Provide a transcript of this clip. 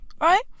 right